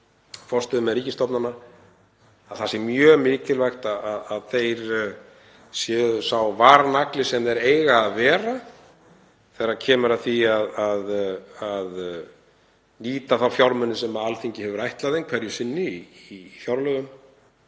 forstöðumenn ríkisstofnana, að mjög mikilvægt sé að þeir séu sá varnagli sem þeir eiga að vera þegar kemur að því að nýta þá fjármuni sem Alþingi hefur ætlað þeim hverju sinni í fjárlögum